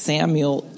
Samuel